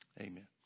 Amen